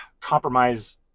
Compromise